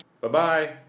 Bye-bye